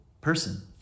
person